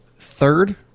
third